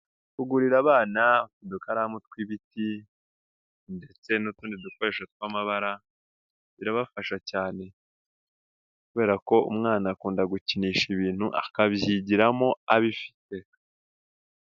Kugurira abana udukaramu tw'ibiti, ndetse n'utundi dukoresho tw'amabara birabafasha cyane. Kubera ko umwana akunda gukinisha ibintu akabyigiramo abifite.